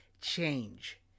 change